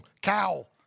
cow